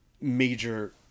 major